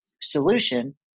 solution